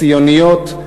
ציוניות.